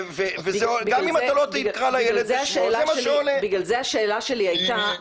גם אם אתה לא תקרא לילד בשמו --- בגלל זה השאלה שלי הייתה.